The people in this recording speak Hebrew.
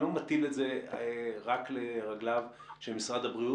אני לא מטיל את זה רק לרגליו של משרד הבריאות